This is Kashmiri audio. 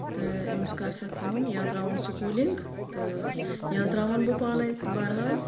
تہٕ أمِس کر سا کٲم یا تراوُن سکوٗلِنٛگ تہٕ یا تراون بہٕ پانے بہرحال